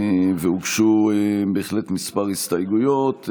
הוגשו כמה הסתייגויות.